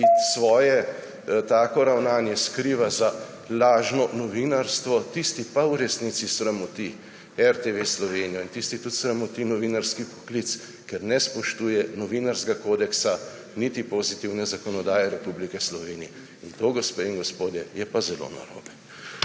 tako svoje ravnanje skriva za lažno novinarstvo, tisti pa v resnici sramoti RTV Slovenijo in tisti tudi sramoti novinarski poklic, ker ne spoštuje novinarskega kodeksa niti pozitivne zakonodaje Republike Slovenije, in to, gospe in gospodje, je pa zelo narobe.